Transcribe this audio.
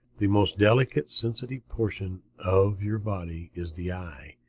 the most delicate, sensitive portion of your body is the eye.